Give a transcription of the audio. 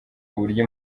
uburyo